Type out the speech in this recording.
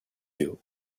you